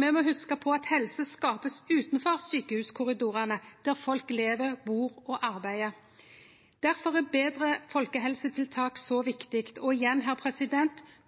Me må hugse på at helse blir skapt utanfor sjukehuskorridorane, der folk lever, bur og arbeider. Difor er betre folkehelsetiltak så viktig, og igjen: